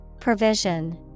Provision